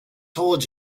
told